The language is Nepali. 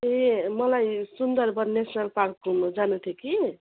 ए मलाई सुन्दरबन नेसनल पार्क घुम्नुजानु थियो कि